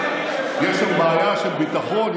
יש שם בעיה של ביטחון,